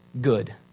good